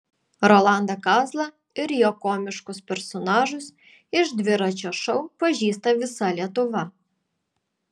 rolandą kazlą ir jo komiškus personažus iš dviračio šou pažįsta visa lietuva